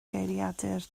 geiriadur